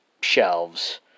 shelves